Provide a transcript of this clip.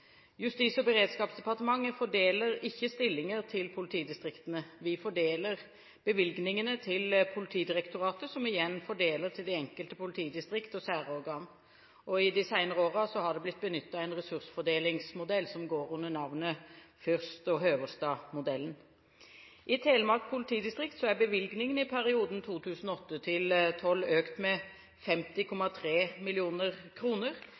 Justis- og beredskapsdepartementet fordeler ikke stillinger til politidistriktene. Vi fordeler bevilgningene til Politidirektoratet, som igjen fordeler til det enkelte politidistrikt og særorgan. I de senere årene har det blitt benyttet en ressursfordelingsmodell som går under navnet Fürst og Høverstad-modellen. I Telemark politidistrikt er bevilgningene i perioden 2008–2012 økt med